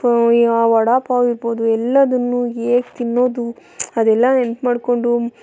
ಈಗ ವಡಪಾವ್ ಇರ್ಬೊದು ಎಲ್ಲದನ್ನೂ ಹೇಗೆ ತಿನ್ನೋದು ಅದೆಲ್ಲ ನೆನ್ಪು ಮಾಡಿಕೊಂಡು